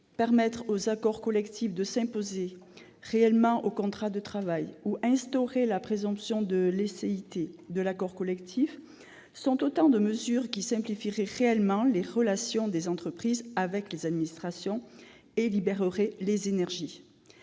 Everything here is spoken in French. sorte que les accords collectifs s'imposent effectivement au contrat de travail, instaurer la présomption de licéité de l'accord collectif sont autant de mesures qui simplifieraient réellement les relations des entreprises avec les administrations et libéreraient les énergies.